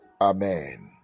Amen